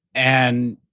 and